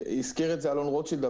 הזכיר את זה אלון רוטשילד,